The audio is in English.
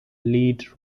lead